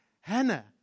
Hannah